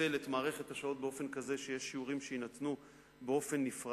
לפצל את מערכת השעות באופן כזה שיש שיעורים שיינתנו באופן נפרד,